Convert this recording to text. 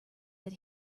that